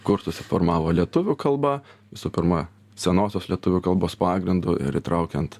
kur susiformavo lietuvių kalba visų pirma senosios lietuvių kalbos pagrindu ir įtraukiant